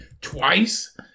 twice